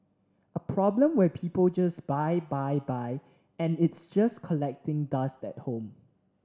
a problem where people just buy buy buy and it's just collecting dust at home